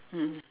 mm